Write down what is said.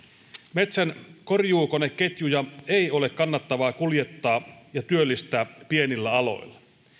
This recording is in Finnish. metsänkorjuukoneketjuja ei ole kannattavaa kuljettaa ja työllistää pienillä aloilla